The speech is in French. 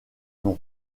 nom